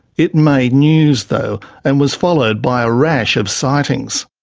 it made news though, and was followed by a rash of sightings.